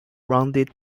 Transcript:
rounded